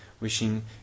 wishing